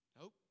Nope